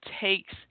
takes